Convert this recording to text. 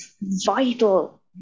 vital